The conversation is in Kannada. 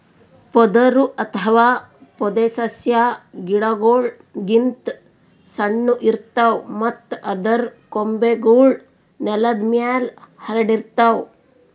ಪೊದರು ಅಥವಾ ಪೊದೆಸಸ್ಯಾ ಗಿಡಗೋಳ್ ಗಿಂತ್ ಸಣ್ಣು ಇರ್ತವ್ ಮತ್ತ್ ಅದರ್ ಕೊಂಬೆಗೂಳ್ ನೆಲದ್ ಮ್ಯಾಲ್ ಹರ್ಡಿರ್ತವ್